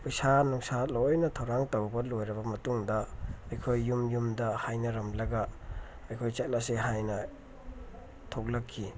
ꯄꯩꯁꯥ ꯅꯨꯡꯁꯥ ꯂꯣꯏꯅ ꯇꯧꯔꯥꯡ ꯇꯧꯔꯕ ꯂꯣꯏꯔꯕ ꯃꯇꯨꯡꯗ ꯑꯩꯈꯣꯏ ꯌꯨꯝ ꯌꯨꯝꯗ ꯍꯥꯏꯅꯔꯝꯂꯒ ꯑꯩꯈꯣꯏ ꯆꯠꯂꯁꯤ ꯍꯥꯏꯅ ꯊꯣꯛꯂꯛꯈꯤ